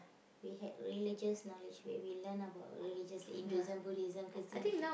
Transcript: we had religious knowledge where we learn about religious Hinduism Buddhism Christianity